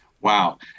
Wow